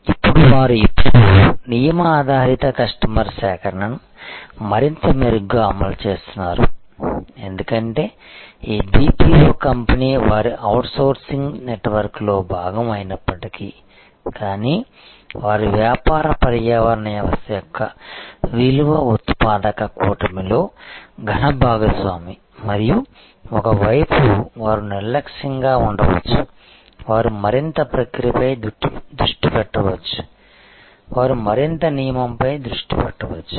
ఇప్పుడు వారు ఇప్పుడు నియమ ఆధారిత కస్టమర్ సేకరణను మరింత మెరుగ్గా అమలు చేస్తున్నారు ఎందుకంటే ఈ BPO కంపెనీ వారి అవుట్సోర్సింగ్ నెట్వర్క్లో భాగం అయినప్పటికీ కానీ వారు వ్యాపార పర్యావరణ వ్యవస్థ యొక్క విలువ ఉత్పాదక కూటమిలో ఘన భాగస్వామి మరియు ఒక వైపు వారు నిర్లక్ష్యంగా ఉండవచ్చు వారు మరింత ప్రక్రియపై దృష్టి పెట్టవచ్చు వారు మరింత నియమంపై దృష్టి పెట్టవచ్చు